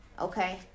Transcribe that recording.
Okay